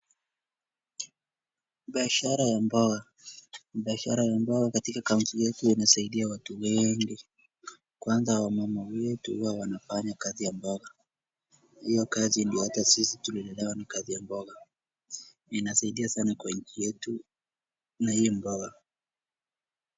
Biashara ya boga katika kauti yetu inasaidia watu wengi, kwanza wamama wetu wanafanya kazi ya boga. Hiyo kazi ndo hadi sisi tulilelewa na kazi ya boga ,inasaidia sana katika nchi yetu na hii bawa.